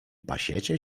pasiecie